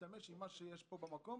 תשתמש במה שיש פה במקום,